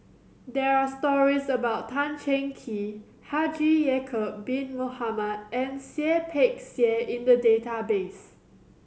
there are stories about Tan Cheng Kee Haji Ya'acob Bin Mohamed and Seah Peck Seah in the database